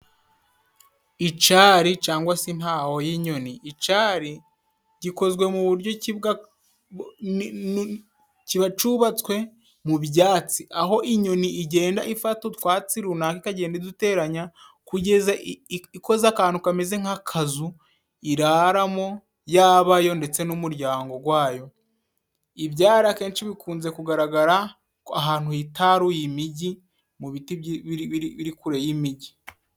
Icari cangwa si intaho y'inyoni, Icari gikozwe mu buryo ki kiba cubatswe mu byatsi aho inyoni igenda ifata utwatsi runaka ikagenda iduteranya kugeza ikoze akantu kameze nk'akazu iraramo, yaba yo ndetse n'umuryango gwayo. Ibyari akenshi bikunze kugaragara ahantu hitaruye imijyi mu biti biri kure y'imijyi.